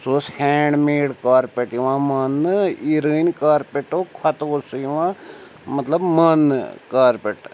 سُہ اوس hand made carpet یِوان ماننہٕ ایٖرٲنۍ کارپٮ۪ٹو کھوتہٕ اوس سُہ یِوان مطلب ماننہٕ کارپٮ۪ٹ